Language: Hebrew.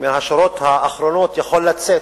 מהשורות האחרונות יכול לצאת,